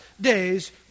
days